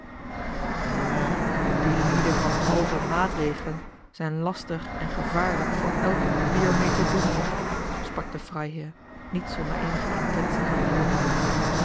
ja die lieden van halve maatregelen zijn lastig en gevaarlijk voor elk wie er meê te doen heeft sprak de freiherr niet zonder eenige intentie van ironie